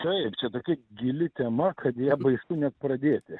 taip čia tokia gili tema kad ją baisu net pradėti